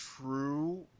True